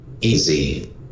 Easy